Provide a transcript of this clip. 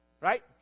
right